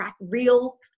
real